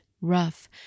rough